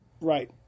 Right